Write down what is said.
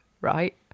right